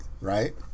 right